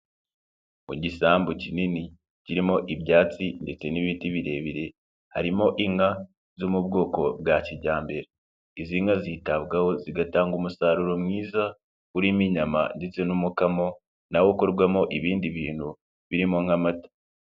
Mu gisambu kinini kirimo ibyatsi ndetse n'ibiti birebire harimo inka zo mu bwoko bwa kijyambere, izi nka zitabwaho zigatanga umusaruro mwiza urimo inyama ndetse n'umukamo na wo ukorwamo ibindi bintu birimo nk'amata.